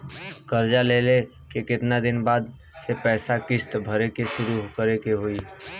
कर्जा लेला के केतना दिन बाद से पैसा किश्त भरे के शुरू करे के होई?